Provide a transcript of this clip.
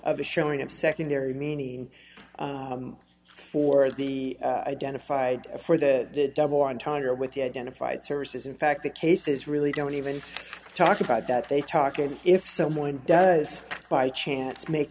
a showing of secondary meaning for the identified for that double entendre with the identified service is in fact the cases really don't even talk about that they talk and if someone does by chance make